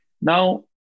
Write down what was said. Now